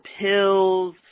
pills